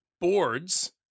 boards